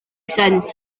sent